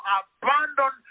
abandon